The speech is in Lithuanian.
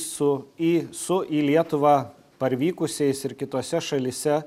su į su į lietuvą parvykusiais ir kitose šalyse